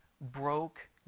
broke